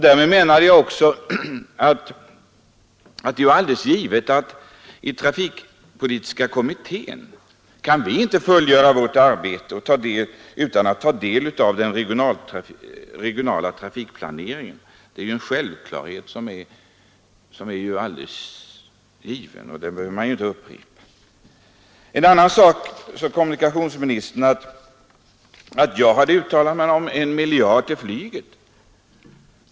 Därmed menade jag också att det var alldeles givet att vi i den trafikpolitiska kommittén inte kan fullgöra vårt arbete utan att ta del av den regionala trafikplaneringen. Det är ju alldeles självklart, och det behöver man inte upprepa. Kommunikationsministern sade också att jag hade förordat en miljard till flyget.